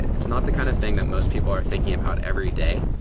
it's not the kind of thing that most people are thinking about every day.